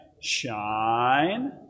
Shine